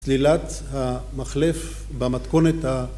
סלילת המחלף במתכונת ה...